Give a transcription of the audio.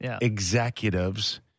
executives